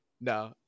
no